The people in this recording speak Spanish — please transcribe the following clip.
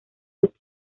los